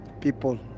people